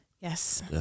Yes